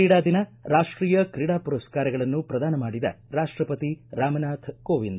ಕ್ರೀಡಾ ದಿನ ರಾಷ್ಟೀಯ ಕ್ರೀಡಾ ಮರಸ್ಕಾರಗಳನ್ನು ಪ್ರದಾನ ಮಾಡಿದ ರಾಷ್ಟಪತಿ ರಾಮನಾಥ ಕೋವಿಂದ